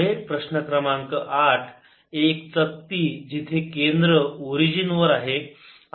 पुढे प्रश्न क्रमांक 8 एक चकती जिथे केंद्र ओरिजिन वर आहे